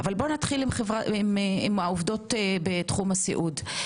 אבל נתחיל עם העובדות בתחום הסיעוד.